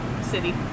city